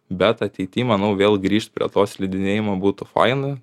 bet ateity manau vėl grįžt prie to slidinėjimo būtų faina